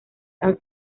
han